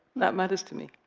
that matters to me.